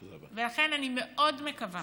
לכן, אני מאוד מקווה